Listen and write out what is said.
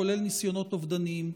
כולל ניסיונות אובדניים.